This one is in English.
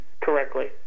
correctly